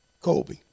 Kobe